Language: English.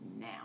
now